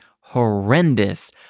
horrendous